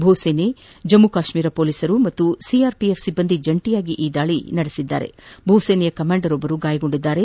ಭೂಸೇನೆ ಜಮ್ಮು ಕಾಶ್ಮೀರ ಪೊಲೀಸರು ಮತ್ತು ಸಿಆರ್ಪಿಎಫ್ ಸಿಬ್ಬಂದಿ ಜಂಟಿಯಾಗಿ ಈ ದಾಳಿ ನಡೆಸಿದ್ದು ಭೂಸೇನೆಯ ಕಮ್ಯಾಂಡರ್ ಒಬ್ಬರು ಗಾಯಗೊಂಡಿದ್ದಾರೆ